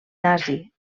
nazi